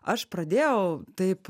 aš pradėjau taip